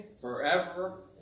forever